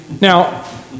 Now